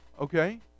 Okay